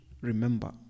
remember